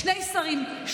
שני שרים,